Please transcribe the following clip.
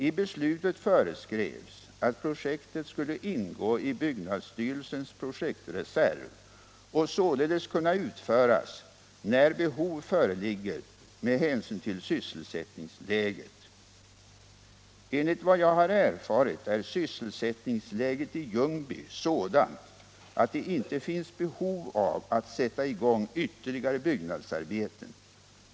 I beslutet föreskrevs att projektet skulle ingå i byggnadsstyrelsens projektreserv och således kunna utföras när behov föreligger med hänsyn till sysselsättningsläget. Enligt vad jag har erfarit är sysselsättningsläget i Ljungby sådant att det inte finns behov av att sätta igång ytterligare byggnadsarbeten.